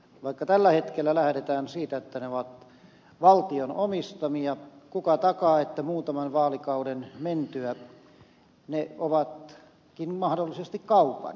vaikka tällä hetkellä lähdetään siitä että ne ovat valtion omistamia kuka takaa etteivät muutaman vaalikauden mentyä ne olekin mahdollisesti kaupan